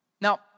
Now